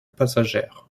passagère